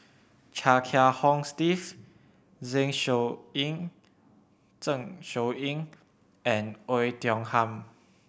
Chia Kiah Hong Steve Zen Shouyin Zeng Shouyin and Oei Tiong Ham